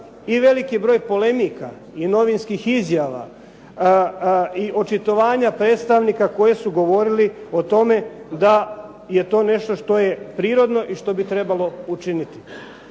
i veliki broj polemika i novinskih izjava, i očitovanja predstavnika koji su govorili o tome da je to nešto što je prirodno i što bi trebalo učiniti.